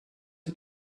sie